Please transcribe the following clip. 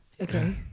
okay